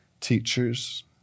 teachers